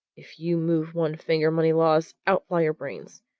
if you move one finger, moneylaws, out fly your brains!